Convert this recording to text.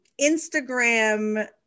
Instagram